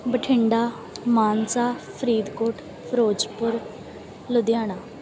Bathinda Mansa Faridkot Firozpur Ludhiana